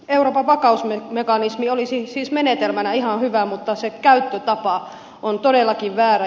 euroopan vakausmekanismi olisi siis menetelmänä ihan hyvä mutta se käyttötapa on todellakin väärä